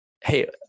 hey